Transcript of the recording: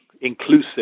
inclusive